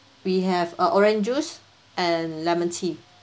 we have uh orange juice and lemon tea